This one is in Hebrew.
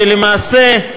למעשה,